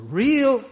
real